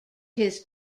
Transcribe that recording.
his